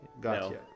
Gotcha